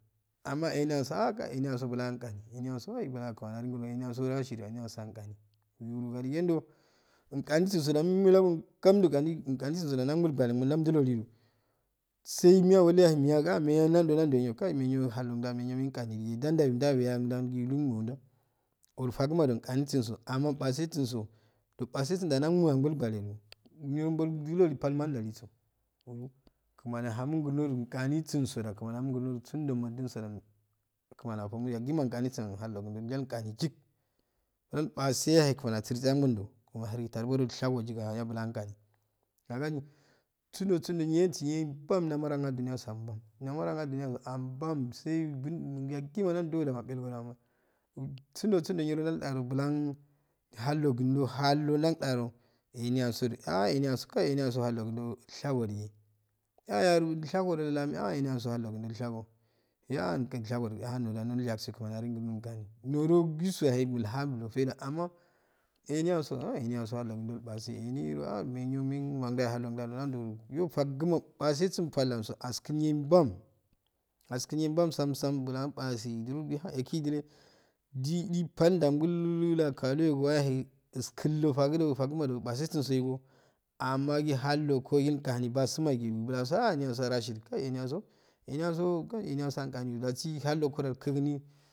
Amma ehindaho so ah kayi chyasobulangu eniyoso hayi bulangu kumamya eniyago rashidu ekiyason gani du digehdo raandisiso da ummo holaga ngamdu gani nganisiso da ndalgwo gwaneygumo umdodilo sayi imyagogi ilyhima ah kehegu ah nado nado nyiyo kayi nyiyo halono nignido nda ndaye iludu ndu li di nda olufa suma don ngaminsiso amma basesungo ddo basesunda ndawagumawangwanedo niro niro palma ndaliso kmani ahamo ngurno ai nganisuso nda kmami ahamo nguno suuddo muudu so kmani ahamo ngurno suuddo muudu so kmani afomo yagima ganisuso hallogun do yangani jik ndpaseyaye kmani asirise anguldolo kamin haru tarbo ilshago jiga bulanyan gani yagani sundo sundo nyensiye mbbam namereyin anduniya so ambbam yaguma ndaldat bulan hallogundlo haldollangani eni yaso ah aniyaso kayi eniyasu hollogunddo ilshago digeh ahyarogo llan ah ehiyaho hallogunddo ilshago ah llshago digohahhilshago do llah enyah hallogunato ilshago ah illando dagi kmani ahaam ngurnno gani nimo jissm bahey ilhakudo faidda amma eniyaso ahh eniyago halloginddo ilpase eni ahha menyomen mangoyi hallogun nandu nandu iyo fakguma upasasun paidaso askul nyo yo nbamin askul nayeyo mbban tsam tsam bulan base ndi hayi ekki gibvedi ji paida ndakaluwe leya elstullfaguma nto pasesun sowa amma gi hall okogi ani bass megu kayi eniyugo rashidu kayi eniyaso eniyyaso ahuu ngani dasi hollongoda ilkuguni.